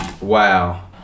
Wow